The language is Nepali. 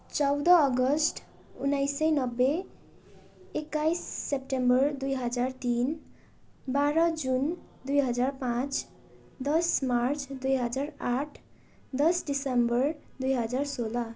चौध अगस्त उन्नाइस सय नब्बे एक्काइस सेप्टेम्बर दुई हजार तिन बाह्र जुन दुई हजार पाँच दस मार्च दुई हजार आठ दस दिसम्बर दुई हजार सोह्र